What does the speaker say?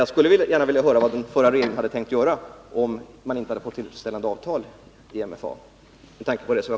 Jag skulle gärna vilja höra vad den förra regeringen hade tänkt göra — med tanke på reservationen — om man inte hade fått tillfredsställande avtal vid förhandlingarna.